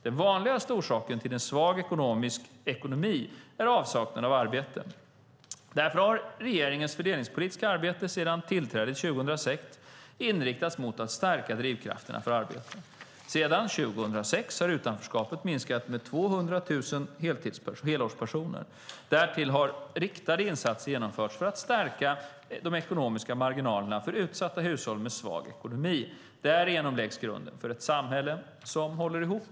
Den vanligaste orsaken till en svag ekonomi är avsaknaden av arbete. Därför har regeringens fördelningspolitiska arbete sedan tillträdet 2006 inriktats mot att stärka drivkrafterna för arbete. Sedan 2006 har utanförskapet minskat med 200 000 helårspersoner. Därtill har riktade insatser genomförts för att stärka de ekonomiska marginalerna för utsatta hushåll med svag ekonomi. Därigenom läggs grunden för ett samhälle som håller ihop.